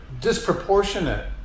disproportionate